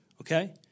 Okay